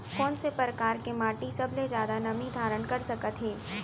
कोन से परकार के माटी सबले जादा नमी धारण कर सकत हे?